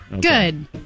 Good